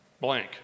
blank